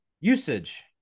Usage